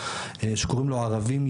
שקוראים לו "ערבים,